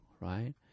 right